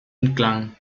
inclán